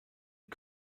mit